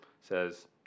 says